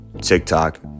tiktok